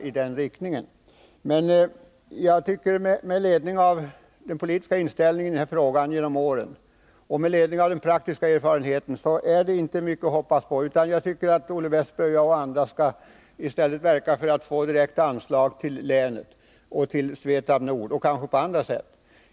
Men med tanke på den politiska inställningen i denna fråga under åren och den praktiska erfarenheten är det inte mycket att hoppas på. Jag tycker därför att Olle Westberg i Hofors, jag och andra i stället bör verka för att få direkta anslag till länet och till Svetab Nord AB — kanske också på andra sätt.